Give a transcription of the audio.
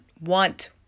want